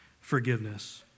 forgiveness